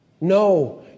No